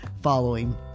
following